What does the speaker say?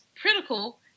critical